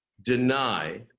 deny.